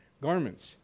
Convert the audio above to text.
garments